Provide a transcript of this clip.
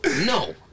No